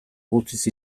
guztiz